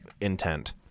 intent